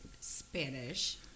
Spanish